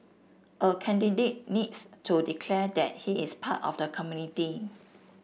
a candidate needs to declare that he is part of the community